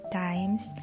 times